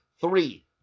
three